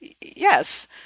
yes